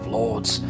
lords